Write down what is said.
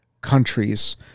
countries